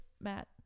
Matt